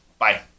Bye